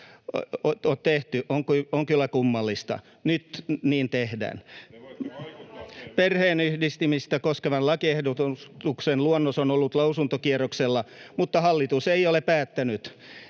Te voitte vaikuttaa siihen!] Perheenyhdistämistä koskevan lakiehdotuksen luonnos on ollut lausuntokierroksella, mutta hallitus ei ole päättänyt,